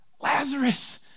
Lazarus